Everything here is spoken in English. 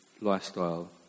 lifestyle